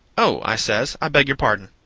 oh i says, i beg your pardon.